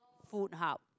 food hub